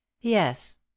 yes